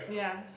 ya